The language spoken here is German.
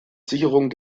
sicherung